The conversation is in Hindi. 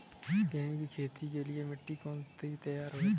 गेहूँ की खेती के लिए मिट्टी कैसे तैयार होती है?